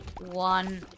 one